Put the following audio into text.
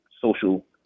social